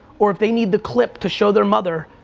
or if they need the clip to show their mother,